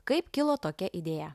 kaip kilo tokia idėja